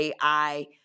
AI